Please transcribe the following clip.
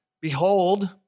behold